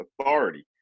authority